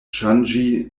ŝanĝi